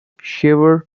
shiver